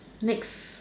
next